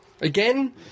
Again